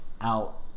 out